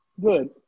Good